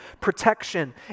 protection